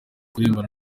kuririmbana